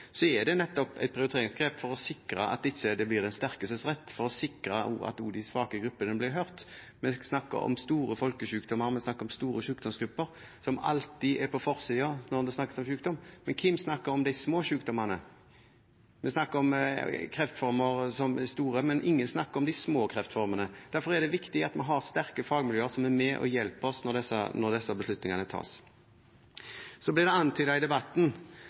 det nettopp er et prioriteringsgrep for å sikre at det ikke blir den sterkestes rett, for å sikre at også de svake gruppene blir hørt. Vi snakker om store folkesykdommer, vi snakker om store sykdomsgrupper som alltid er på forsiden når det snakkes om sykdom. Men hvem snakker om de små sykdommene? Vi snakker om kreftformer som er store, men ingen snakker om de små kreftformene. Derfor er det viktig at vi har sterke fagmiljøer som er med og hjelper oss når disse beslutningene tas. Det blir i debatten antydet at regjeringen har latt seg presse når det